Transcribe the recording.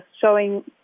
showing